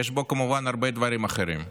יש בו כמובן הרבה דברים אחרים: